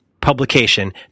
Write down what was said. publication